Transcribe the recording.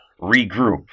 regroup